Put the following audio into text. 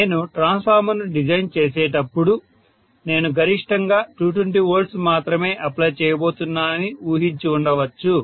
నేను ట్రాన్స్ఫార్మర్ను డిజైన్ చేసేటప్పుడు నేను గరిష్టంగా 220 V మాత్రమే అప్లై చేయబోతున్నానని ఊహించి ఉండవచ్చు